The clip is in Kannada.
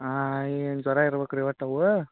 ಹಾಂ ಏನು ಜ್ವರ ಇರ್ಬೇಕು ರೀ ಒಟ್ಟು ಅವು